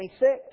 26